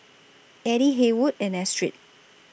Eddie Haywood and Astrid